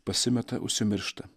pasimeta užsimiršta